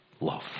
love